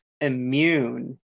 immune